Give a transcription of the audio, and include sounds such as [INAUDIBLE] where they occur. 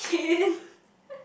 okay [LAUGHS]